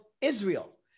Israel